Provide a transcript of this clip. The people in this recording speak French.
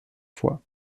fois